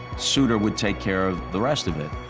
sutter would take care of the rest of it.